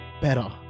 better